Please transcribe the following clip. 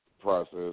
process